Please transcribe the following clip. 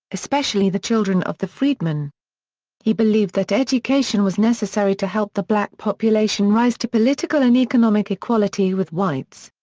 especially the children of the freedmen he believed that education was necessary to help the black population rise to political and economic equality with whites.